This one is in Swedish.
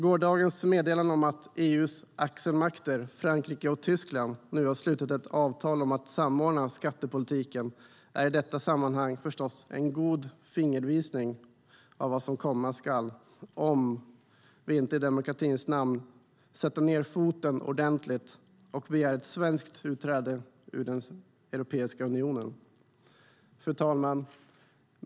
Gårdagens meddelande om att EU:s axelmakter Frankrike och Tyskland nu har slutit ett avtal om att samordna skattepolitiken är i detta sammanhang förstås en god fingervisning om vad som komma skall, om vi inte i demokratins namn sätter ned foten ordentligt och begär ett svenskt utträde ur Europeiska unionen. Fru talman!